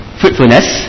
fruitfulness